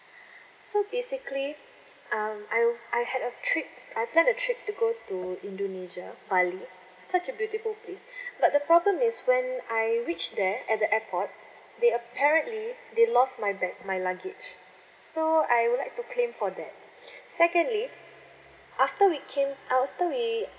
so basically um I I had a trip I planned a trip to go to indonesia bali such a beautiful place but the problem is when I reach there at the airport the apparently they lost my bag my luggage so I would like to claim for that secondly after we came uh after we